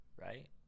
right